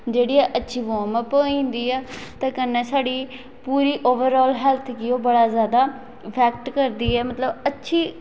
जेह्ड़ी ऐ अच्छी वार्मअप होई जंदी ऐ ते कन्नै साड़े पूरी ओवरऑल हैल्थ गी बड़ा जैदा फैक्ट करदी ऐ मतलब अच्छी